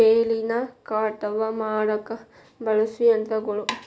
ಬೆಳಿನ ಕಟಾವ ಮಾಡಾಕ ಬಳಸು ಯಂತ್ರಗಳು